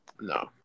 No